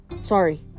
Sorry